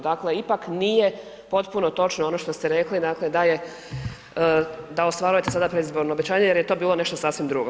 Dakle, ipak nije potpuno točno ono što ste rekli, dakle da je, da ostvarujete sada predizborno obećanje jer je to bilo nešto sasvim drugo.